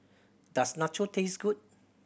does Nacho taste good